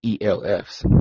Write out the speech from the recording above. ELF's